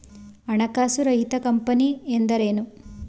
ಹಣಕಾಸು ರಹಿತ ಕಂಪನಿ ಎಂದರೇನು?